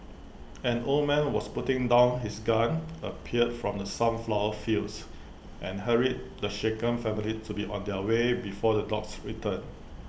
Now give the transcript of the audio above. an old man was putting down his gun appeared from the sunflower fields and hurried the shaken family to be on their way before the dogs return